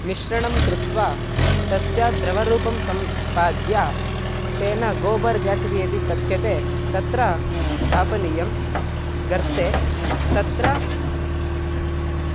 मिश्रणं कृत्वा तस्य द्रवरूपं सम्पाद्य तेन गोबर् ग्यास् इति यदि कथ्यते तत्र स्थापनीयं गर्ते तत्र